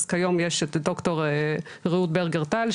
אז כיום יש את ד"ר רעות ברגר טל,